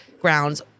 grounds